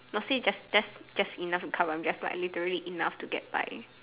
not say just just just enough to cover up I'm just like literally enough to get by